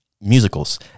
musicals